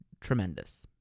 tremendous